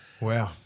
Wow